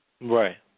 Right